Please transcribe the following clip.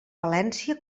valència